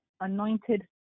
anointed